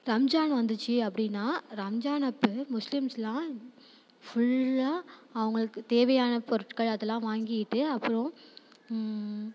ரம்ஜான் வந்துச்சு அப்படினால் ரம்ஜான் அப்போ முஸ்லீம்ஸெலாம் ஃபுல்லாக அவர்களுக்கு தேவையான பொருட்கள் அதெல்லாம் வாங்கிட்டு அப்புறம்